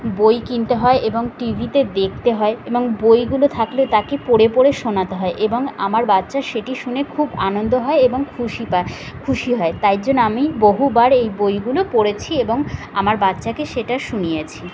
বই কিনতে হয় এবং টিভিতে দেখতে হয় এবং বইগুলো থাকলে তাকে পড়ে পড়ে শোনাতে হয় এবং আমার বাচ্চা সেটি শুনে খুব আনন্দ হয় এবং খুশি পায় খুশি হয় তাই জন্য আমি বহুবার এই বইগুলো পড়েছি এবং আমার বাচ্চাকে সেটা শুনিয়েছি